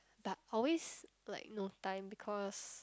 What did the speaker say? but always like no time because